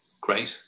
Great